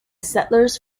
settlers